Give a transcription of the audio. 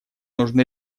нужно